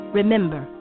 remember